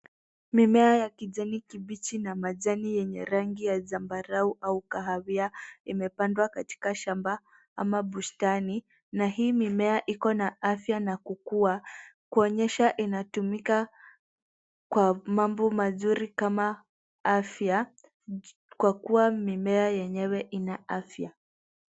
Mimea ya kijani kibichi na majani yenye rangi ya sambarau au kahawia imepandwa katika shamba ama bustani na hii mimea iko na afya na kukua kuonyesha inatumika kwa mambo mazuri kama afya kwa kuwa mimea yenyewe ina afya.